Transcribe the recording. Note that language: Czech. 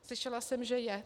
Slyšela jsem, že je.